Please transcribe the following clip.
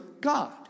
God